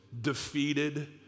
defeated